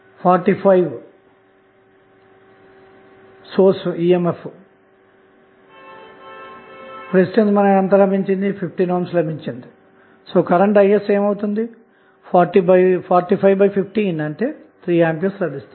కాబట్టి current Is అన్నది Is45153A లభించింది